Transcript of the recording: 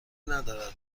ندارد